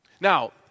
Now